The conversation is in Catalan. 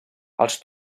els